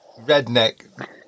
redneck